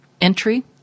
entry